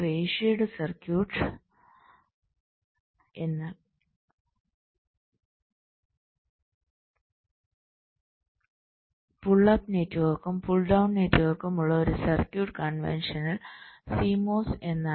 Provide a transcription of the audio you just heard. റേഷ്യോഡ് circuit എന്നാൽ pull up നെറ്റ്വർക്കും pull down നെറ്റ്വർക്കും ഉള്ള ഒരു സർക്യൂട്ട് കൺവെൻഷനൽ CMOS എന്നാണ്